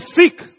seek